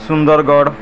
Sundargarh